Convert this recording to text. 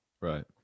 Right